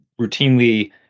routinely